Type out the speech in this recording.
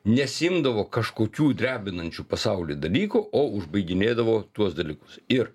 nesiimdavo kažkokių drebinančių pasaulį dalykų o užbaiginėdavo tuos dalykus ir